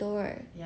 okay